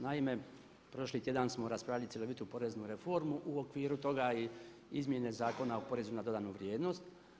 Naime, prošli tjedan smo raspravljali cjelovitu poreznu reformu, u okviru toga i izmjene Zakona o porezu na dodanu vrijednost.